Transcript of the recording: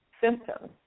symptoms